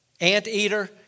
anteater